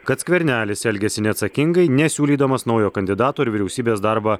kad skvernelis elgiasi neatsakingai nesiūlydamas naujo kandidato ir vyriausybės darbą